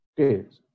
Okay